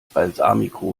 balsamico